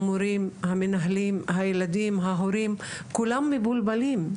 המורים המנהלים הילדים ההורים כולם מבולבלים,